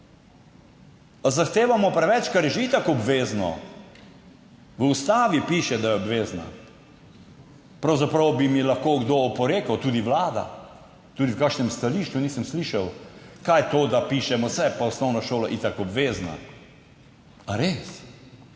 Ali zahtevamo preveč, kar je že itak obvezno? V ustavi piše, da je obvezna. Pravzaprav bi mi lahko kdo oporekal, tudi vlada, tudi v kakšnem stališču nisem slišal, kaj je to, da pišemo, saj je pa osnovna šola itak obvezna. A res?